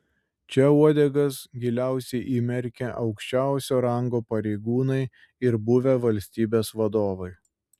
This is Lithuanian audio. čia uodegas giliausiai įmerkę aukščiausio rango pareigūnai ir buvę valstybės vadovai